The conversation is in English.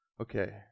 Okay